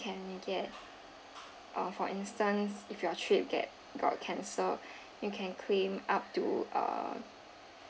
get uh for instance if your trip get got cancelled you can claim up to err